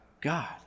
God